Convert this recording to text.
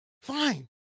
Fine